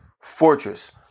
fortress